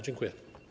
Dziękuję.